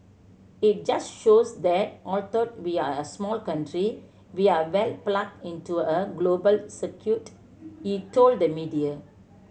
it just shows that although we're a small country we're well plugged into a global circuit he told the media